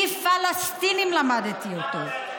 איזה עליבות נפש, מפלסטינים למדתי אותו.